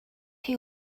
chi